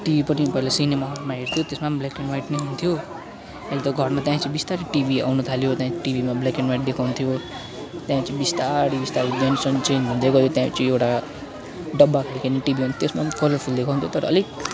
TV पनि पहिला cinema हलमा हेर्थ्यो त्यसमा पनि ब्ल्याक एन्ड वाइट नै हुन्थ्यो अहिले त घरमा त्यहाँदेखि चाहिँ बिस्तारै टिभी आउन थाल्यो त्यहाँदेखि टिभीमा ब्ल्याक एन्ड वाइट देखाउँथ्यो त्यहाँदेखि बिस्तारी बिस्तारी चेन्ज हुँदै गयो त्यहाँपछि एउटा डब्बा खालको नि टिभी हुन्थ्यो त्यसमा नि कलरफुल देखाउँथ्यो तर अलिक